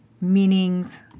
meanings